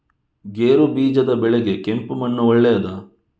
ಗೇರುಬೀಜದ ಬೆಳೆಗೆ ಕೆಂಪು ಮಣ್ಣು ಒಳ್ಳೆಯದಾ?